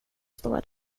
står